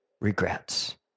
regrets